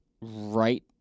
right